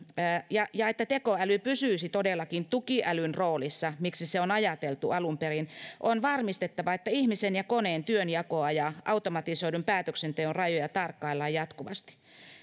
ja ja että tekoäly pysyisi todellakin tukiälyn roolissa miksi se on ajateltu alun perin on varmistettava että ihmisen ja koneen työnjakoa ja automatisoidun päätöksenteon rajoja tarkkaillaan jatkuvasti